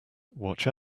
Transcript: watch